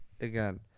Again